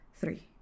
three